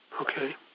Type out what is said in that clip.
Okay